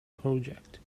project